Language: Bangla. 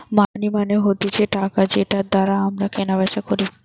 মানি মানে হতিছে টাকা যেটার দ্বারা আমরা কেনা বেচা করি